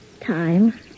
time